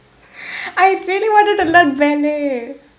I really wanted to learn ballet